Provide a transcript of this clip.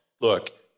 Look